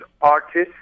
artist